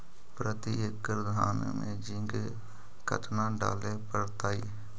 प्रती एकड़ धान मे जिंक कतना डाले पड़ताई?